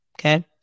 Okay